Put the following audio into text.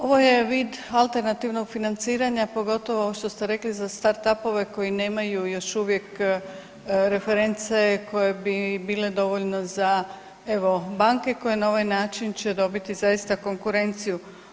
Ovo je vid alternativnog financiranja pogotovo ovo što ste rekli za startupove koji nemaju još uvijek reference koje bi bile dovoljne za evo, banke, koje će na ovaj način će dobiti zaista konkurenciju.